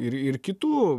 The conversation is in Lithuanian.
ir ir kitų